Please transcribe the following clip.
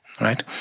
right